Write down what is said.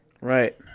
Right